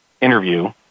interview